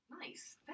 Nice